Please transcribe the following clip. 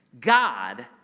God